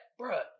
Bruh